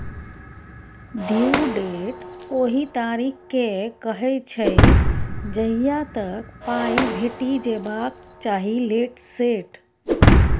due date ओहि तारीख केँ कहय छै जहिया तक पाइ भेटि जेबाक चाही लेट सेट